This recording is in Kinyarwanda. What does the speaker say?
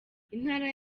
intara